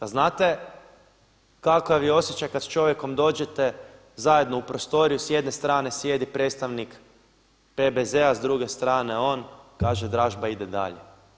A znate kakav je osjećaj kad sa čovjekom dođete zajedno u prostoriju, s jedne strane sjedi predstavnik PBZ-a, s druge strane on, kaže dražba ide dalje.